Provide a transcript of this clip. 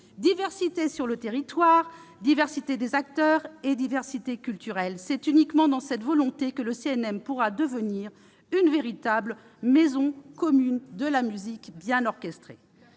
Diversité sur le territoire, diversité des acteurs et diversité culturelle : c'est uniquement avec cette volonté que le CNM pourra devenir une véritable « maison commune de la musique » bien orchestrée.